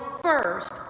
first